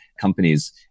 companies